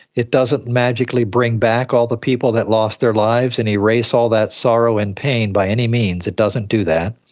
it doesn't magically bring back all the people that lost their lives and erase all that sorrow and pain by any means, it doesn't do that,